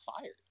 fired